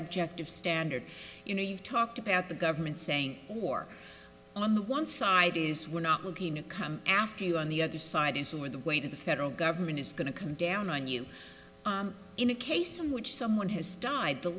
objective standard you know you've talked about the government saying war on one side is we're not looking to come after you on the other side with the weight of the federal government is going to come down on you in a case in which someone has died the